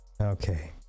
Okay